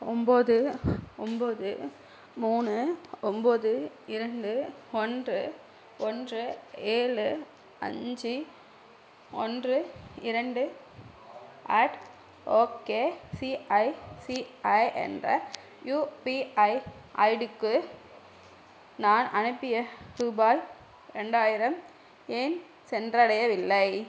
ஒம்பது ஒம்பது மூணு ஒம்பது இரண்டு ஒன்று ஒன்று ஏழு அஞ்சு ஒன்று இரண்டு அட் ஓகே சிஐசிஐ என்ற யூபிஐ ஐடிக்கு நான் அனுப்பிய ரூபாய் ரெண்டாயிரம் ஏன் சென்றடையவில்லை